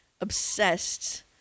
obsessed